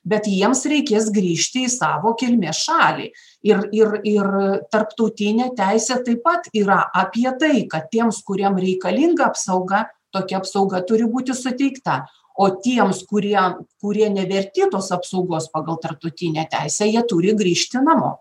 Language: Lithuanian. bet jiems reikės grįžti į savo kilmės šalį ir ir ir tarptautinė teisė taip pat yra apie tai kad tiems kuriem reikalinga apsauga tokia apsauga turi būti suteikta o tiems kurie kurie neverti tos apsaugos pagal tarptautinę teisę jie turi grįžti namo